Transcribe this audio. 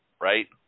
right